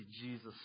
Jesus